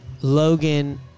Logan